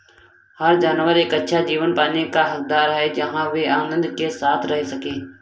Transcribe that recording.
हर जानवर एक अच्छा जीवन पाने का हकदार है जहां वे आनंद के साथ रह सके